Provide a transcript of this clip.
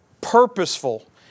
purposeful